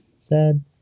Sad